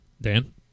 Dan